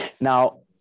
Now